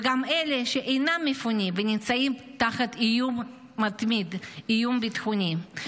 וגם אלה שאינם מפונים ונמצאים תחת איום ביטחוני מתמיד.